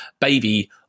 baby